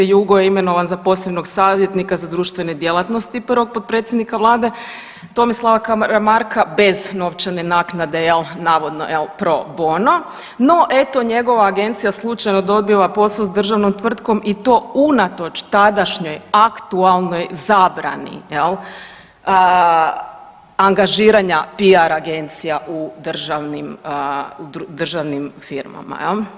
Jugo je imenovan za posebnog savjetnika za društvene djelatnosti prvog potpredsjednika vlade Tomislava Karamarka bez novčane naknade jel navodno jel pro bono, no eto njegova agencija slučajno dobiva posao s državnom tvrtkom i to unatoč tadašnjoj aktualnoj zabrani jel angažiranja piar agencija u državnim, u državnim firmama jel.